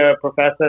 professor